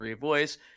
voice